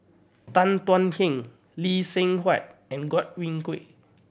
Tan Thuan Heng Lee Seng Huat and Godwin Koay